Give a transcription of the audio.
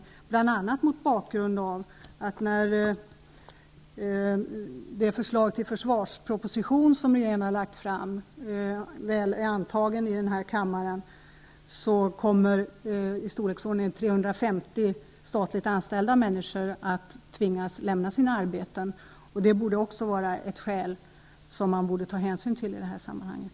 Det gäller bl.a. mot bakgrund av att när det förslag till försvarsproposition som regeringen har lagt fram väl har antagits i den här kammaren, kommer i storleksordningen 350 statligt anställda att tvingas lämna sina arbeten. Det borde också vara ett skäl att ta hänsyn till i sammanhanget.